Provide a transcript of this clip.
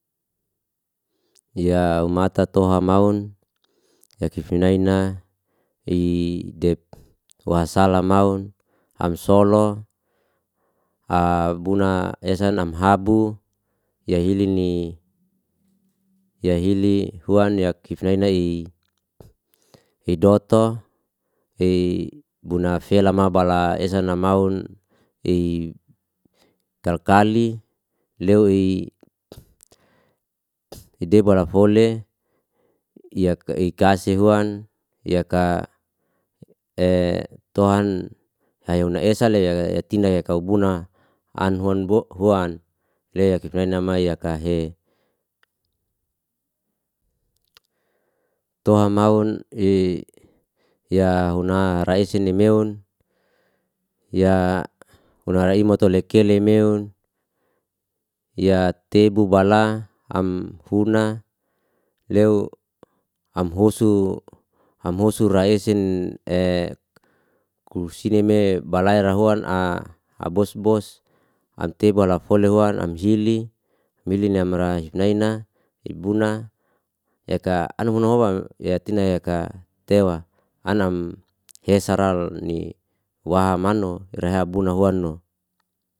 Ya umata toha mahun yakifinaina i dep wasalam maun amsolo a buna hesan amhabu yahilin ni yahili huan yakif nai nai i idoto ei buna fela ma bala esa namaun i kal kali lewi debarafole i yak i kase huan yaka e tohan hayan una esa le tina yakaubuna anhuan bo huan le yakif namayaka he toha mahun i ya huna raise nemeon ya hona raimu tolekele meun ya tebu bala amhuna leo amhosu amhosu raesin kursina me balayar a huan a bos bos amteba lafolen huan amhili mili namra hifnai na hibuna yak yatina yaka tewa anam hesaral ni waha manu rehabuna huwano